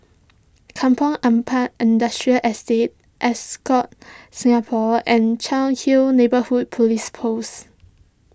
Kampong Ampat Industrial Estate Ascott Singapore and Cairnhill Neighbourhood Police Post